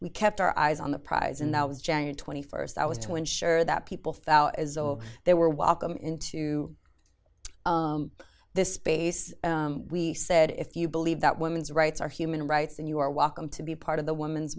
we kept our eyes on the prize and that was jan twenty first i was to ensure that people felt as though they were walk on into the space we said if you believe that women's rights are human rights and you are welcome to be part of the women's